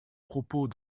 propos